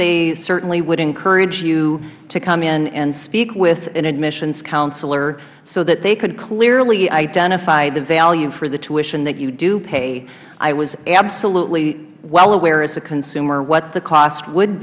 they certainly would encourage you to come in and speak with an admissions counselor so that they could clearly identify the value for the tuition that you do pay i was absolutely well aware as a consumer what the cost would